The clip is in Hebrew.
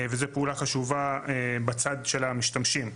וזו פעולה חשובה בצד של המשתמשים.